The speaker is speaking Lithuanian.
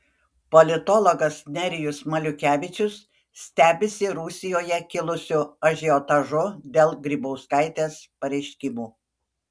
politologas nerijus maliukevičius stebisi rusijoje kilusiu ažiotažu dėl grybauskaitės pareiškimų